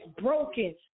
broken